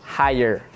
higher